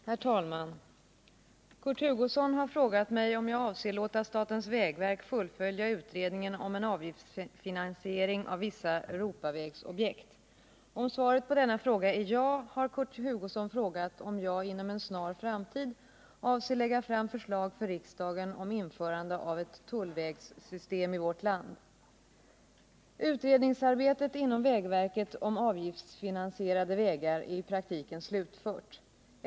Herr talman! Kurt Hugosson har frågat mig om jag avser att låta statens vägverk fullfölja utredningen om en avgiftsfinansiering av vissa Europavägsobjekt. Om svaret på denna fråga är ja vill Kurt Hugosson veta om jag inom en snar framtid avser att lägga fram förslag för riksdagen om införande av ett tullvägssystem i vårt land. Utredningsarbetet inom vägverket om avgiftsfinansierade vägar är i praktiken slutfört.